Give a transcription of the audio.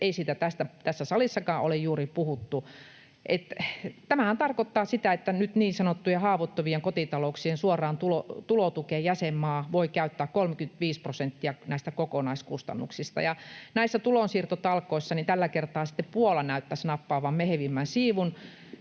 eikä siitä tässä salissakaan ole juuri puhuttu. Tämähän tarkoittaa sitä, että nyt niin sanottujen haavoittuvien kotitalouksien suoraan tulotukeen jäsenmaa voi käyttää 35 prosenttia näistä kokonaiskustannuksista. Näissä tulonsiirtotalkoissa tällä kertaa sitten Puola näyttäisi nappaavan mehevimmän siivun.